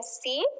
see